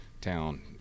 town